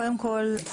קודם כל,